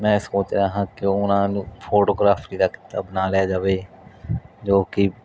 ਮੈਂ ਸੋਚ ਰਿਹਾ ਹਾਂ ਕਿਉਂ ਨਾ ਫੋਟੋਗ੍ਰਾਫਰੀ ਦਾ ਕਿੱਤਾ ਅਪਣਾ ਲਿਆ ਜਾਵੇ ਜੋ ਕਿ